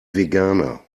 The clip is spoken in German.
veganer